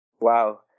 Wow